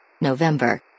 November